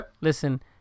Listen